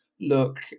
look